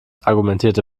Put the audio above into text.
argumentierte